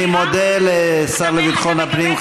אני מודה לשר לביטחון הפנים,